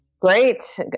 Great